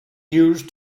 used